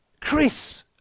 Chris